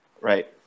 Right